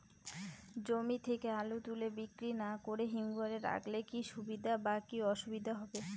জমি থেকে আলু তুলে বিক্রি না করে হিমঘরে রাখলে কী সুবিধা বা কী অসুবিধা হবে?